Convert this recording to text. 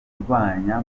irwanya